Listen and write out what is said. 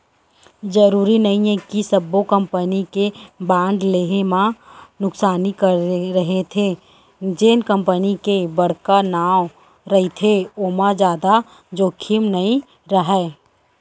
जरूरी नइये कि सब्बो कंपनी के बांड लेहे म नुकसानी हरेथे, जेन कंपनी के बड़का नांव रहिथे ओमा जादा जोखिम नइ राहय